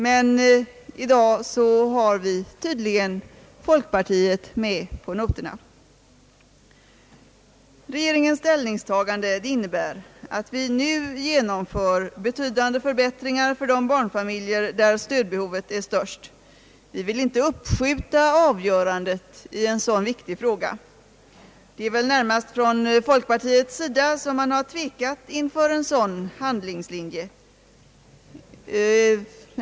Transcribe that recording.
Men i dag är tydligen folkpartiet med på noterna. Regeringens ställningstagande innebär att vi nu genomför betydande förbättringar för de barnfamiljer där stödbehovet är störst. Vi vill inte uppskjuta avgörandet av en så viktig fråga. Det är väl närmast folkpartiet som har tvekat inför en sådan handlingslinje.